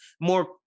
more